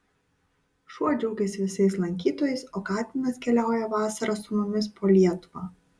šuo džiaugiasi visais lankytojais o katinas keliauja vasarą su mumis po lietuvą